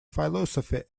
philosophy